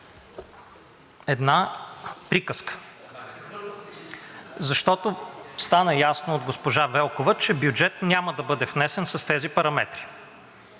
една приказка, защото стана ясно от госпожа Велкова, че бюджет няма да бъде внесен с тези параметри,